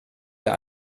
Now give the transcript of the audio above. der